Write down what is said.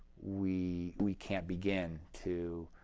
we we can't begin to